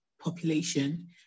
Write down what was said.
population